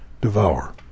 devour